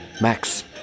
Max